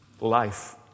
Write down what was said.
life